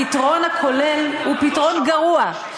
הפתרון הכולל הוא פתרון גרוע.